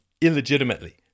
illegitimately